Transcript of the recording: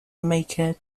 maker